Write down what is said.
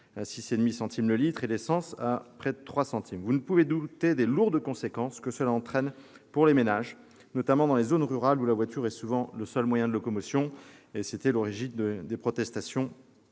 de 2,9 centimes le litre pour l'essence. Vous ne pouvez douter des lourdes conséquences que cela entraîne pour les ménages, notamment dans les zones rurales où la voiture est souvent le seul moyen de locomotion. Telle est l'origine des protestations